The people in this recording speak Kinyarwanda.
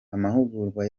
amahugurwa